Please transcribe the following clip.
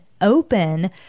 open